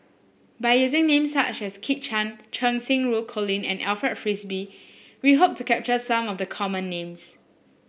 by using names such as Kit Chan Cheng Xinru Colin and Alfred Frisby we hope to capture some of the common names